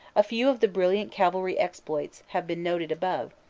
a few of the brilliant cavalry exploits have been noted above,